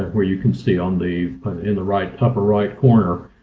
where you can see on the. in the right upper right corner,